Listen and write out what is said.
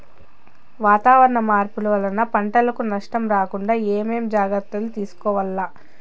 వాతావరణ మార్పులు వలన పంటలకు నష్టం రాకుండా ఏమేం జాగ్రత్తలు తీసుకోవల్ల?